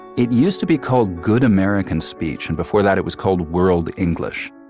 it used to be called good american speech and before that it was called world english.